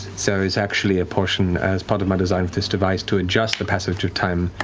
so is actually a portion, as part of my design of this device, to adjust the passage of time,